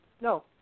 No